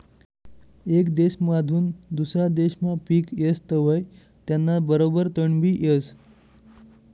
येक देसमाधून दुसरा देसमा पिक येस तवंय त्याना बरोबर तणबी येस